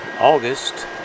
August